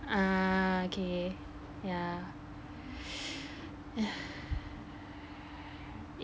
ah okay yeah